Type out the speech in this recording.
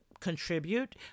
contribute